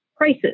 prices